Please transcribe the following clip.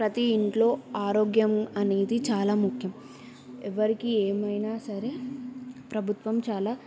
ప్రతి ఇంట్లో ఆరోగ్యం అనేది చాలా ముఖ్యం ఎవ్వరికి ఏమైనా సరే ప్రభుత్వం చాలా